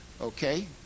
Okay